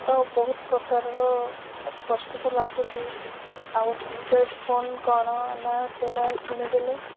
ତ ବହୁତ ପ୍ରକାରର କଷ୍ଟ ତ ଲାଗୁଛି ଆଉ କିପ୍ୟାଡ଼ ଫୋନ୍ କ'ଣ ନା ସେଇଟା କିଣିଦେଲେ